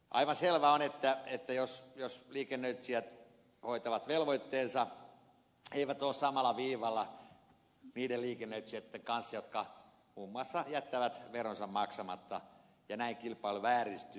aivan selvää on että jos liikennöitsijät hoitavat velvoitteensa he eivät ole samalla viivalla niiden liikennöitsijöitten kanssa jotka muun muassa jättävät veronsa maksamatta ja näin kilpailu vääristyy